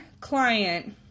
client